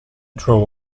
drove